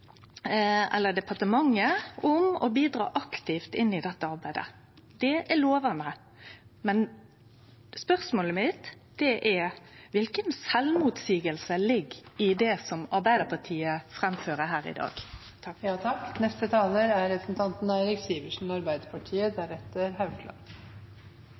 departementet til å bidra aktivt inn i dette arbeidet. Det er lovande, men spørsmålet mitt er: Kva slags sjølvmotseiing ligg det i det som Arbeidarpartiet framfører her i dag? Til det siste er det bare å replisere at det foreligger ingen selvmotsigelse. Det er